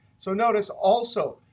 so notice also,